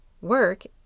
work